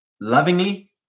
lovingly